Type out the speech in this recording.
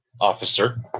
officer